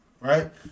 right